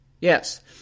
Yes